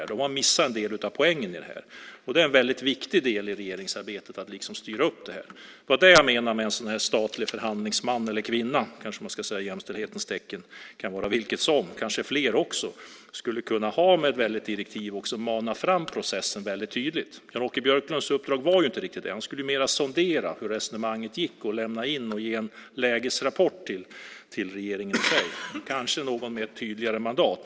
Då har man missat en del av poängen. Det är en väldigt viktig del i regeringsarbetet att styra upp detta. Det var det jag menade med att en statlig förhandlingsman eller kvinna - så kanske man ska säga i jämställdhetens tecken, det kan vara vilket som, kanske fler också - med ett direktiv också skulle kunna mana fram processen väldigt tydligt. Jan-Åke Björklunds uppdrag var ju inte riktigt det. Han skulle ju mer sondera hur resonemanget gick och ge en lägesrapport till regeringen. Kanske skulle man ha någon med ett tydligare mandat.